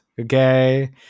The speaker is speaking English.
okay